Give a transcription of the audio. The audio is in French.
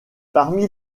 parmi